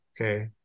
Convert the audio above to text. okay